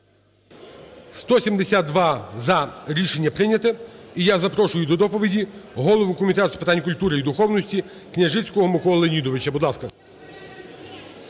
За-172 Рішення прийнято. І я запрошу до доповіді голову Комітету з питань культури і духовності Княжицького Миколу Леонідовича,